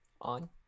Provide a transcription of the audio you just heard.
On